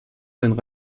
seinen